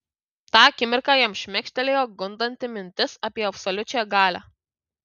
tą akimirką jam šmėkštelėjo gundanti mintis apie absoliučią galią